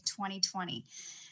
2020